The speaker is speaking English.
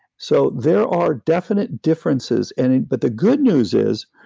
so there are definite differences. and but the good news is,